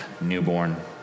newborn